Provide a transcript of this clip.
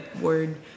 word